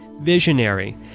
visionary